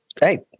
hey